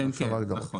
אושר